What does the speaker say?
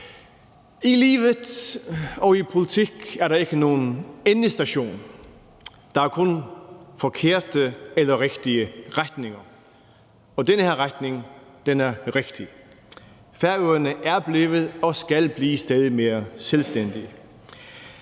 I livet og i politik er der ikke nogen endestation. Der er kun forkerte eller rigtige retninger, og den her retning er rigtig. Færøerne er blevet og skal blive stadig mere selvstændig,